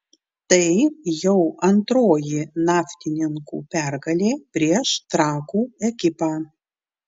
tai jau antroji naftininkų pergalė prieš trakų ekipą